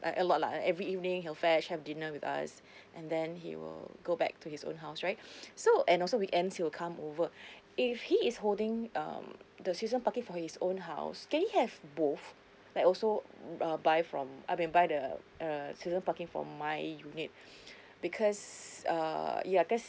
like a lot lah uh every evening he'll fetch have dinner with us and then he will go back to his own house right so and also weekends he will come over if he is holding um the season parking for his own house can he have both like also uh buy from I mean buy the err season parking for my unit because err ya cause